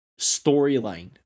storyline